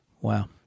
Wow